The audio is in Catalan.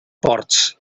ports